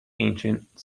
ancient